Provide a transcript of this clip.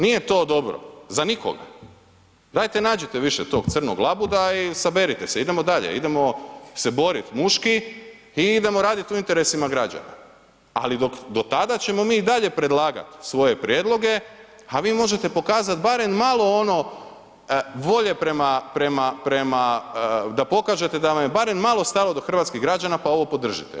Nije to dobro, za nikoga, dajte nađite više tog crnog labuda i saberite se, idemo dalje, idemo se borit muški i idemo raditi u interesima građana, ali do tada ćemo mi i dalje predlagat svoje prijedloge, a vi možete pokazat barem malo ono volje prema, prema da pokažete da vam je barem malo stalo do hrvatskih građana pa ovo podržite.